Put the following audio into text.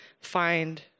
find